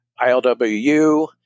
ILWU